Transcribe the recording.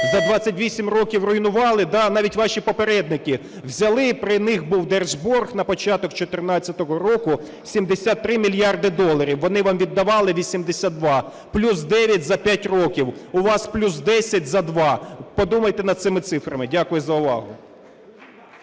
за 28 років руйнували. Да, навіть ваші попередники взяли, при них був держборг на початок 14-го року 73 мільярди доларів. Вони вам віддавали 82. Плюс 9 за 5 років. У вас плюс 10 за 2. Подумайте над цими цифрами. Дякую за увагу.